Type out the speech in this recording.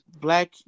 black